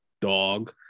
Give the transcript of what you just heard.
dog